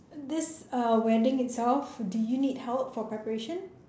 this uh wedding itself do you need help for preparation